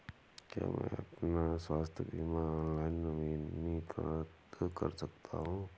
क्या मैं अपना स्वास्थ्य बीमा ऑनलाइन नवीनीकृत कर सकता हूँ?